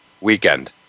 weekend